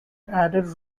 added